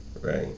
Right